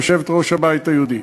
יושבת-ראש הבית היהודי: